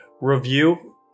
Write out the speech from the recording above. review